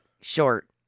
short